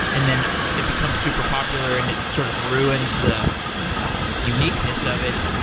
and then it becomes super popular and it sort of ruins the uniqueness of it.